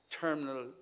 terminal